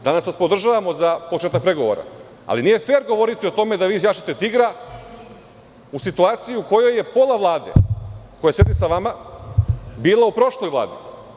Danas vas podržavamo za početak pregovora, ali nije fer govoriti o tome da vi jašete tigra u situaciji u kojoj je pola Vlade koja sedi sa vama bila u prošloj Vladi.